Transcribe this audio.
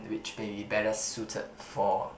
which may be better suited for